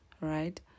right